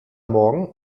morgen